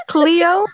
Cleo